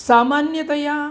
सामान्यतया